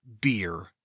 Beer